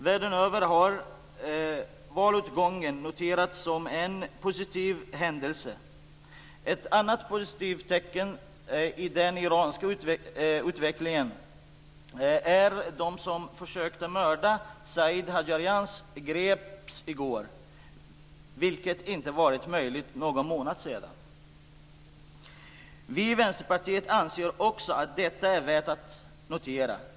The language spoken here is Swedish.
Världen över har valutgången noterats som en positiv händelse. Ett annat positivt tecken är att de som försökte mörda Said Hajjarian greps i går, vilket inte varit möjligt för någon månad sedan. Vi i Vänsterpartiet anser också att detta är värt att notera.